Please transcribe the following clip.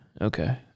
Okay